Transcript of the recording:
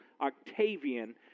Octavian